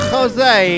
Jose